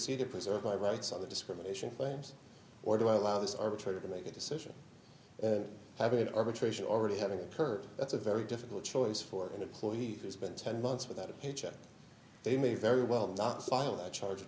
c to preserve my rights on the discrimination claims or do i allow this arbitrator to make a decision and having an arbitration already having occurred that's a very difficult choice for an employee who's been ten months without a paycheck they may very well not silent charge of